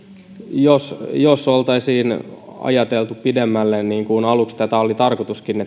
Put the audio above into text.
jos jos oltaisiin ajateltu pidemmälle niin kuin tässä aluksi oli tarkoituskin